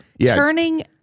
turning